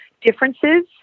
differences